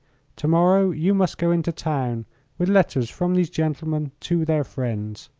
to-morrow you must go into town with letters from these gentlemen to their friends.